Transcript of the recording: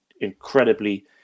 incredibly